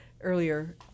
earlier